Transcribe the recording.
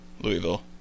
Louisville